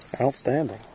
Outstanding